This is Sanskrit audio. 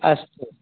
अस्तु